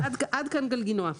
עד כאן לגבי גלגינוע.